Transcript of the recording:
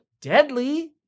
deadly